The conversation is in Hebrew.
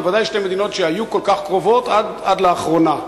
בוודאי שתי מדינות שהיו כל כך קרובות עד לאחרונה.